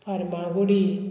Farmagudi